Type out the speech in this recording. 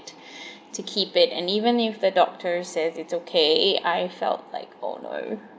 to keep it and even if the doctor says it's okay it I felt like oh no